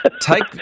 Take